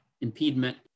impediment